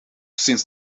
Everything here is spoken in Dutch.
sinds